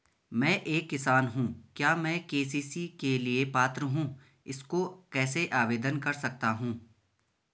मैं एक किसान हूँ क्या मैं के.सी.सी के लिए पात्र हूँ इसको कैसे आवेदन कर सकता हूँ?